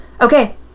okay